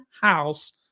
house